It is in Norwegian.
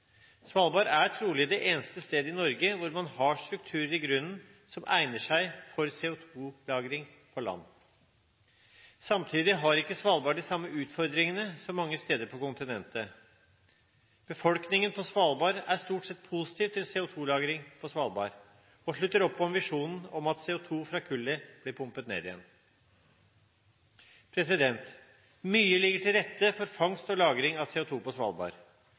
Svalbard er trolig det eneste stedet i Norge hvor man har strukturer i grunnen som egner seg for CO2-lagring på land. Samtidig har ikke Svalbard de samme utfordringene som mange steder på kontinentet. Befolkningen på Svalbard er stort sett positiv til CO2-lagring på Svalbard og slutter opp om visjonen om at CO2 fra kullet blir pumpet ned igjen. Mye ligger til rette for fangst og lagring av CO2 på Svalbard.